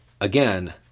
again